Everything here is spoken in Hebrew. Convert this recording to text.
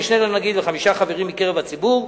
המשנה לנגיד וחמישה חברים מקרב הציבור.